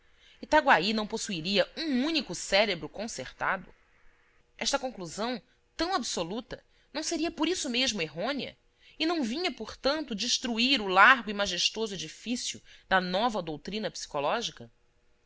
itaguaí não possuiria um único cérebro concertado esta conclusão tão absoluta não seria por isso mesmo errônea e não vinha portanto destruir o largo e majestoso edifício da nova doutrina psicológica